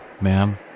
ma'am